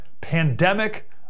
pandemic